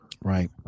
Right